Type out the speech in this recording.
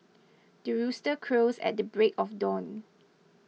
the rooster crows at the break of dawn